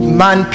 man